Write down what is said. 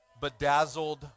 bedazzled